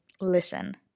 listen